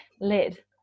lid